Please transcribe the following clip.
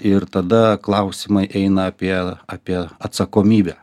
ir tada klausimai eina apie apie atsakomybę